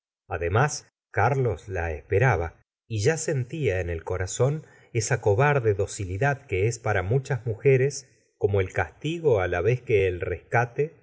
además carlos la esperaba y ya sentía en el coraoon esa cobarde docilidad que es para ucbas mujeres como el castigo á la vez que el rescate